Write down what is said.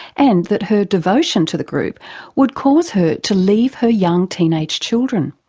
and that her devotion to the group would cause her to leave her young teenage children.